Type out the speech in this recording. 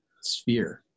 sphere